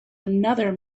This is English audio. another